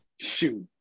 Shoot